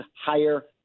higher